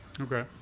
Okay